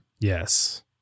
Yes